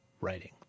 writing